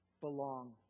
belong